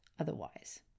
otherwise